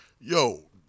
yo